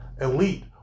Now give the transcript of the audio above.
elite